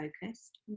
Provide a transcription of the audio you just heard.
focused